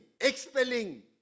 expelling